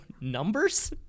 numbers